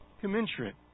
Commensurate